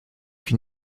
can